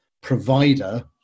provider